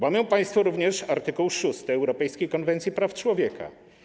Łamią państwo również art. 6 europejskiej konwencji praw człowieka.